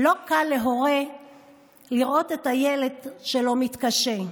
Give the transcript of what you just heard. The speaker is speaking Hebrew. לא קל להורה לראות את הילד שלו מתקשה,